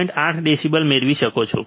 8 decibel મેળવી શકો છો